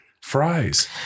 fries